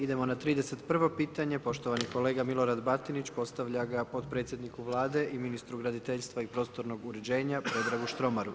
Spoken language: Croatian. Idemo na 31. pitanje, poštovani kolega Milorad Batinić, postavlja ga potpredsjedniku Vlade i ministru graditeljstva i prostornog uređenja, Predragu Štromaru.